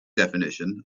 definition